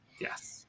Yes